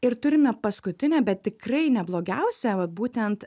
ir turime paskutinę bet tikrai ne blogiausią vat būtent